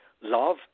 love